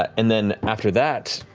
and then after that,